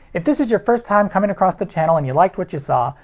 if this is your first time coming across the channel and you liked what you saw,